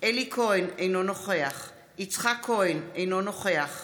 אלי כהן, אינו נוכח יצחק כהן, אינו נוכח